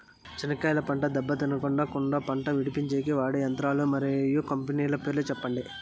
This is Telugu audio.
చెనక్కాయ పంట దెబ్బ తినకుండా కుండా పంట విడిపించేకి వాడే యంత్రాల వివరాలు మరియు కంపెనీల పేర్లు చెప్పండి?